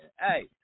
Hey